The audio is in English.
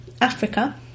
Africa